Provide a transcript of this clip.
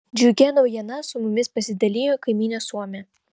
džiugia naujiena su mumis pasidalijo kaimynė suomė